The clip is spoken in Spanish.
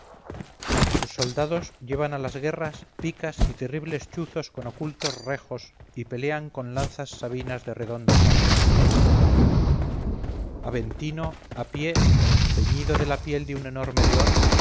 sus soldados llevan a la guerra picas y terribles chuzos con ocultos rejos y pelean con lanzas sabinas de redondo cabo aventino a pie ceñido de la piel de un enorme león